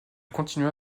continua